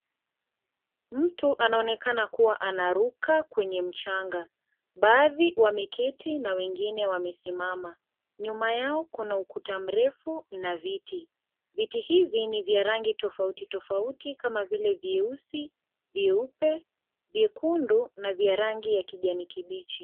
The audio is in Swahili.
Mtu anaonekana kuwa anaruka kwenye mchanga. Baadhi wameketi na wengine wamesimama. Nyuma yao kuna ukuta mrefu na viti. Viti hivi ni vya rangi tofauti tofauti kama vile vyeusi, nyeupe, vyekundu na vya rangi ya kijani kibichi.